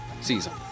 season